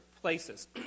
places